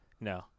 No